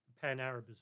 pan-Arabism